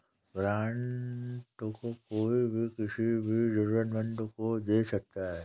grant को कोई भी किसी भी जरूरतमन्द को दे सकता है